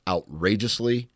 Outrageously